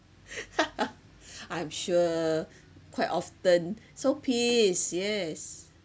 I am sure quite often so pissed yes